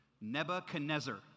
Nebuchadnezzar